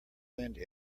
wind